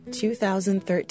2013